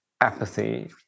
apathy